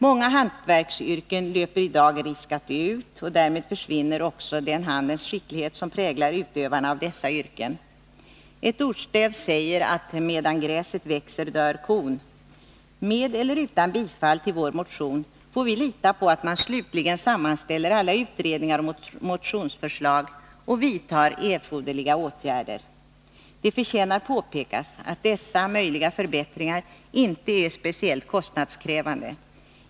Många hantverksyrken löper i dag risk att dö ut, och därmed försvinner också den handens skicklighet som präglar utövarna av dessa yrken. Ett ordstäv säger att medan gräset växer dör kon. Med eller utan bifall till vår motion får vi lita på att man slutligen sammanställer alla utredningar och motionsförslag och vidtar erforderliga åtgärder. Det förtjänar påpekas att dessa möjliga förbättringar inte är speciellt kostnadskrävande.